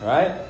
Right